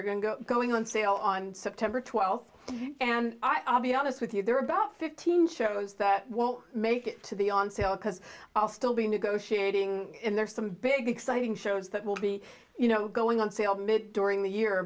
are going to go going on sale on september twelfth and i'll be honest with you there are about fifteen shows that won't make it to the on sale because i'll still be negotiating and there are some big exciting shows that will be you know going on sale during the year